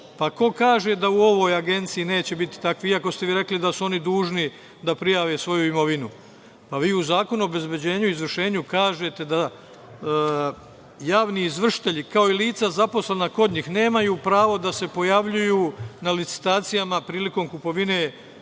Pa, ko kaže da u ovoj agenciji neće biti takvi, iako ste vi rekli da su oni dužni da prijave svoju imovinu. Pa, vi u Zakonu o obezbeđenju i izvršenju kažete da javni izvršitelji, kao i lica zaposlena kod njih, nemaju pravo da se pojavljuju na licitacijama prilikom kupovine oduzete